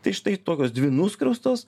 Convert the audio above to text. tai štai tokios dvi nuskriaustos